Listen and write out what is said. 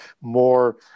more